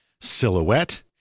Silhouette